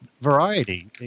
variety